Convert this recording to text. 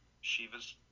shiva's